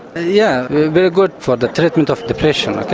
yeah very good for the treatment of depression.